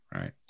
Right